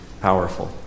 powerful